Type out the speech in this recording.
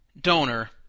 donor